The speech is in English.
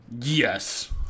Yes